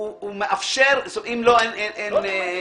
הוא מאפשר --- עבד אל חכים חאג' יחיא